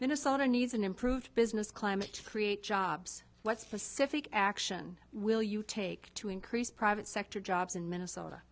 minnesota needs an improved business climate create jobs what specific action will you take to increase private sector jobs in minnesota